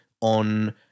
on